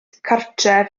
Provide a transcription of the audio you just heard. cartref